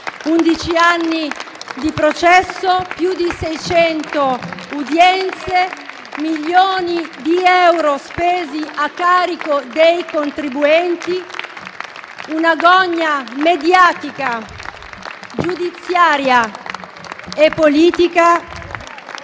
anni di processo, più di 600 udienze, milioni di euro spesi a carico dei contribuenti, una gogna mediatica, giudiziaria e politica